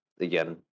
Again